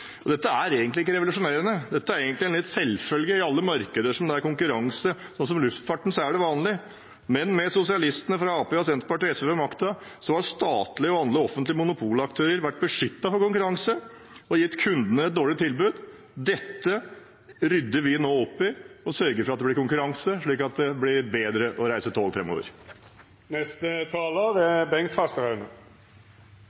SJ. Dette er egentlig ikke revolusjonerende. Dette er egentlig en selvfølge i alle markeder der det er konkurranse. For eksempel i luftfarten er det vanlig. Med sosialistene fra Arbeiderpartiet, Senterpartiet og SV ved makta har statlige og andre offentlige monopolaktører vært beskyttet mot konkurranse og gitt kundene et dårligere tilbud. Dette rydder vi nå opp i og sørger for at det blir konkurranse, slik at det blir bedre å reise med tog framover. Vi har i mange debatter fått høre om satsingen på jernbane, og det er